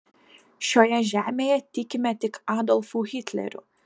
šioje žemėje tikime tik adolfu hitleriu